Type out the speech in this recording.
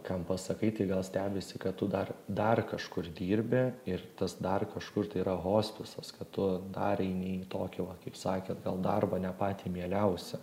kam pasakai tai gal stebisi kad tu dar dar kažkur dirbi ir tas dar kažkur tai yra hospisas kad tu dar eini į tokį va kaip sakėt gal darbą ne patį mieliausią